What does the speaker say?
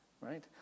right